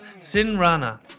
Sinrana